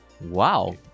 Wow